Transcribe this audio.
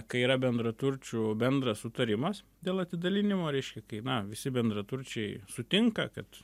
kai yra bendraturčių bendras sutarimas dėl atidalinimo reiškia kai na visi bendraturčiai sutinka kad